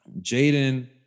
Jaden